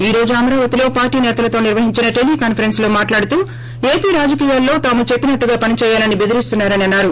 ఈ రోజు అమరావతి లో పార్లీ సేతలతో నిర్వహించిన టెలి కాన్సరెన్స్ లో మాటలాడుతూ ఏపీ రాజకీయాల్లో తాము చెప్పినట్టుగా పనిచేయాలని బెదిరిస్తున్నారని అన్నారు